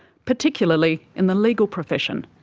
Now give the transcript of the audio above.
particularly in the legal profession.